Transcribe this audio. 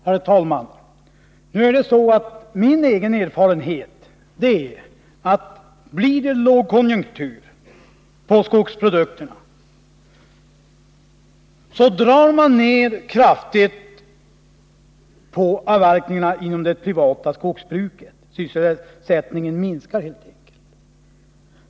Herr talman! Min egen erfarenhet är att om det blir lågkonjunktur för skogsprodukterna, så drar man kraftigt ner på avverkningarna inom det privata skogsbruket — sysselsättningen minskar helt enkelt.